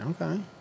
okay